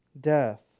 Death